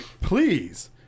please